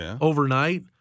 overnight